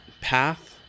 path